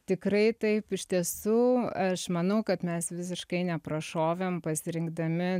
tikrai taip iš tiesų aš manau kad mes visiškai neprašovėm pasirinkdami